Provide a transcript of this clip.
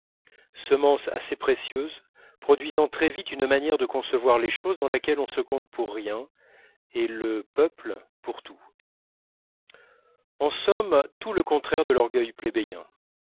semences assez précieuses produisant très vite une manière de concevoir les choses dans laquelle on se compte pour rien et le peuple pour tout en somme tout le contraire de l'orgueil